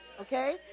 okay